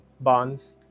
bonds